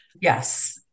Yes